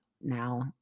now